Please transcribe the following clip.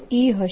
E હશે